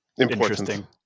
interesting